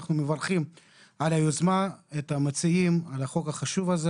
אנחנו מברכים את היוזמים לחוק החשוב הזה.